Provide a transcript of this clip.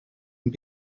and